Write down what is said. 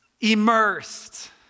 immersed